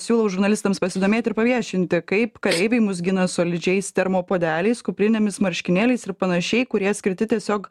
siūlau žurnalistams pasidomėt ir paviešinti kaip kareiviai mus gina solidžiais termo puodeliais kuprinėmis marškinėliais ir panašiai kurie skirti tiesiog